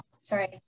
sorry